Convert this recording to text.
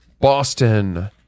Boston